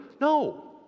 No